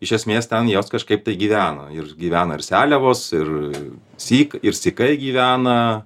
iš esmės ten jos kažkaip tai gyveno ir gyvena ir seliavos ir syk ir sykai gyvena